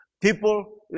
People